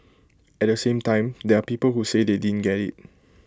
at the same time there are people who say they didn't get IT